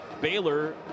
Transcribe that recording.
Baylor